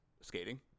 skating